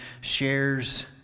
shares